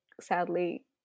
sadly